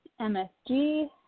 MSG